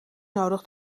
nodig